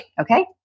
okay